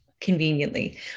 conveniently